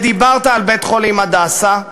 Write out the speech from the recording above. ודיברת על בית-חולים "הדסה",